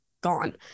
gone